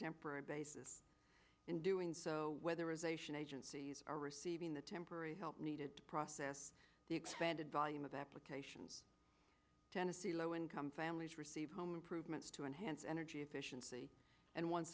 temporary basis in doing so whether ization agencies are receiving the temporary help needed to process the expanded volume of applications tennessee low income families receive home improvements to enhance energy efficiency and once